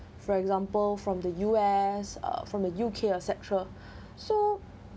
for example from the U_S uh from the U_K etcetera so